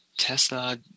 Tesla